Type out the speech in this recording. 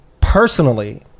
Personally